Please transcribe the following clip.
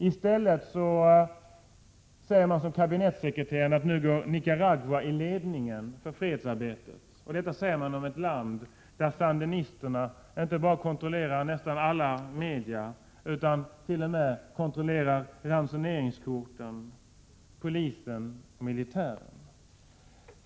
I stället säger man som kabinettssekreteraren: Nu går Nicaragua i ledningen för fredsarbetet. Det säger man om ett land där sandinisterna inte bara kontrollerar nästan alla media utan t.o.m. kontrollerar ransoneringskorten, polisen och militären!